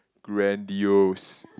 grandiose